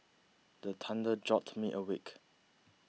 the thunder jolt me awake